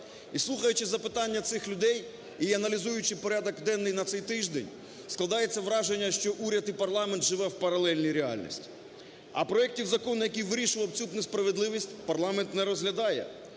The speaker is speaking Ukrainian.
І слухаючи запитання цих людей і аналізуючи порядок денний на цей тиждень, складається враження, що уряд і парламент живе в паралельній реальності, а проектів законів, який вирішували би цю несправедливість парламент не розглядає.